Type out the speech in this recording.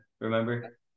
remember